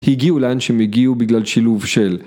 הגיעו לאן שהם הגיעו בגלל שילוב של.